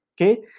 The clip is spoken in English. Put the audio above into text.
okay